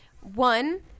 One